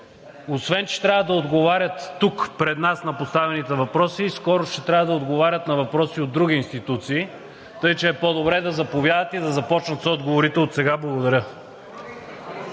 освен че трябва да отговарят тук пред нас на поставените въпроси, скоро ще трябва да отговарят на въпроси от други институции, тъй че е по-добре да заповядат и да започнат с отговорите отсега. Благодаря.